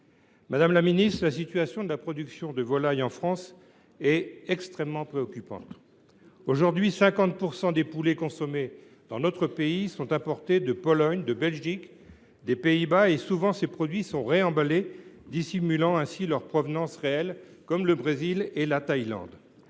Madame la ministre, la situation de la production de volailles en France est extrêmement préoccupante. Actuellement, 50 % des poulets consommés dans notre pays sont importés de Pologne, de Belgique, des Pays Bas, et souvent ces produits sont réemballés afin de dissimuler leur provenance réelle, comme le Brésil ou la Thaïlande.